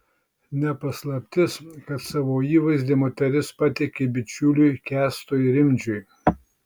ne paslaptis kad savo įvaizdį moteris patiki bičiuliui kęstui rimdžiui